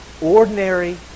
ordinary